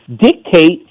dictate